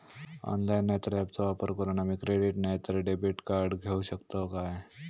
Online नाय तर ऍपचो वापर करून आम्ही क्रेडिट नाय तर डेबिट कार्ड घेऊ शकतो का?